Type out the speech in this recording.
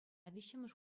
виҫҫӗмӗш